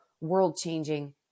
world-changing